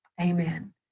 Amen